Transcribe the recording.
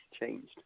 changed